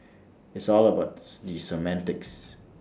it's all about the semantics